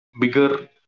bigger